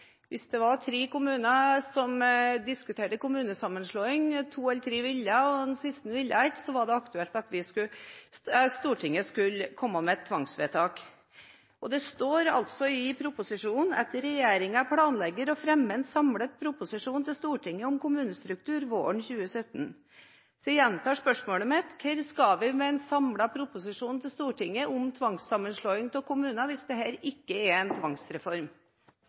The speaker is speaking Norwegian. var tre kommuner som diskuterte kommunesammenslåing, hvor to av de tre ville, og den siste ikke ville, så var det aktuelt at Stortinget skulle komme med et tvangsvedtak. Og det står i proposisjonen: «Regjeringen planlegger å fremme en samlet proposisjon til Stortinget om ny kommunestruktur våren 2017.» Så jeg gjentar spørsmålet mitt: Hva skal vi med en samlet proposisjon til Stortinget om tvangssammenslåing av kommuner hvis dette ikke er en tvangsreform?